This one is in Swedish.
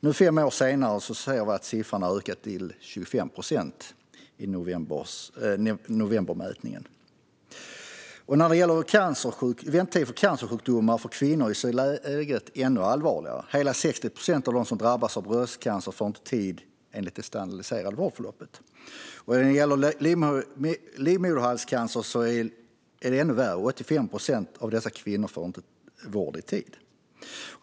Nu, fem år senare, visar novembermätningen att siffran har ökat till 25 procent. När det gäller väntetider för kvinnor med cancersjukdomar är läget ännu allvarligare. Hela 60 procent av dem som drabbas av bröstcancer får inte tid enligt det standardiserade vårdförloppet. När det gäller livmoderhalscancer är det ännu värre - 85 procent av dessa kvinnor får inte vård i tid.